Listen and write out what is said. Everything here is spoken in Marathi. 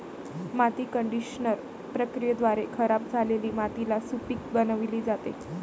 माती कंडिशनर प्रक्रियेद्वारे खराब झालेली मातीला सुपीक बनविली जाते